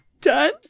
done